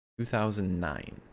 2009